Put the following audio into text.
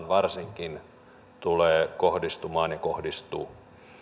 varsinkin sopimuspalokuntaan tulee kohdistumaan ja kohdistuu